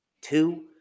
two